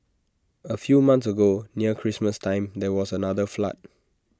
A few months ago near Christmas time there was another flood